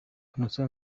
innocent